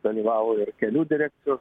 dalyvauja ir kelių direkcijos